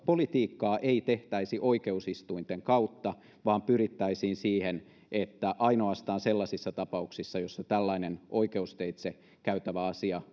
politiikkaa ei tehtäisi oikeusistuinten kautta vaan pyrittäisiin siihen että ainoastaan sellaisissa tapauksissa joissa tällainen oikeusteitse käytävä asia